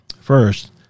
First